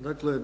Dakle